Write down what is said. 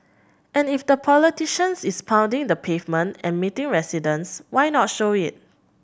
and if the politician is pounding the pavement and meeting residents why not show it